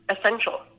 essential